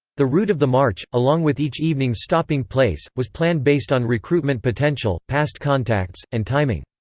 the route of the march, along with each evening's stopping place, was planned based on recruitment potential, past contacts, and timing.